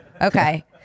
Okay